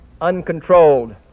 uncontrolled